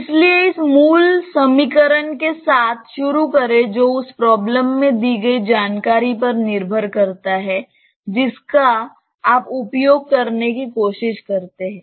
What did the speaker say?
इसलिए इस मूल समीकरण के साथ शुरू करें जो उस प्रॉब्लम में दी गई जानकारी पर निर्भर करता है जिसका आप उपयोग करने की कोशिश करते हैं